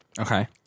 Okay